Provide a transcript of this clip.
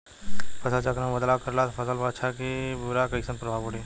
फसल चक्र मे बदलाव करला से फसल पर अच्छा की बुरा कैसन प्रभाव पड़ी?